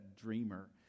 dreamer